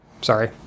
Sorry